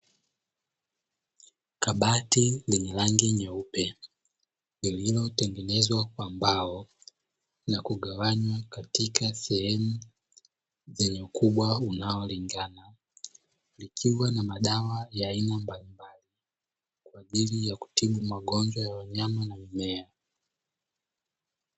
Kabati lenye rangi nyeupe; lililotengenezwa kwa mbao na kuganywa katika sehemu zenye ukubwa unaolingana, likiwa na madawa ya aina mbalimbali kwa ajili ya kutibu magonjwa ya wanyama na mimea.